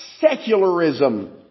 secularism